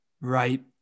right